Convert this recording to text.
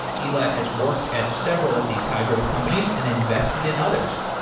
elad has worked at several of these high-growth companies and invested in others.